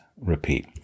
repeat